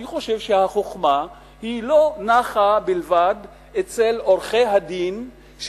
אני חושב שהחוכמה לא נחה אצל עורכי-הדין בלבד,